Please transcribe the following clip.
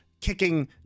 kicking